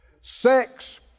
Sex